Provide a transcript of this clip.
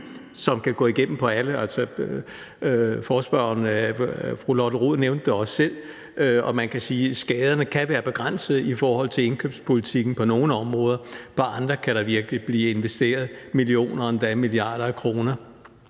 af en indkøbspolitik. Forespørgeren, fru Lotte Rod, nævnte det også selv, og man kan sige, at skaderne kan være begrænsede i forhold til indkøbspolitikken på nogle områder; på andre kan der virkelig blive investeret millioner, endda milliarder af kroner,